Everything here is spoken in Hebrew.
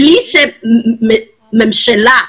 בלי שממשלה,